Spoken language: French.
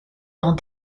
dans